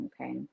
okay